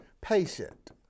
patient